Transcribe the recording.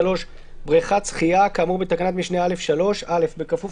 בריכת שחייה כאמור בתקנת משנה (א)(3) בכפוף